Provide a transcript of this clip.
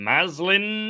Maslin